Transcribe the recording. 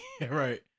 right